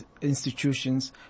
institutions